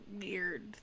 weird